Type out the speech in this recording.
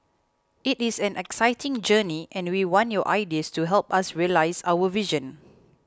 it is an exciting journey and we want your ideas to help us realise our vision